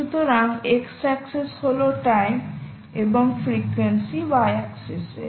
সুতরাং x axis হল time এবং ফ্রিকোয়েন্সি y অ্যাক্সিস এ